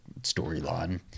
storyline